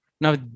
now